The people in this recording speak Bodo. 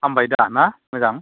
हामबाय दा ना मोजां